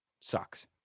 Sucks